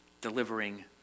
delivering